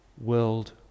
world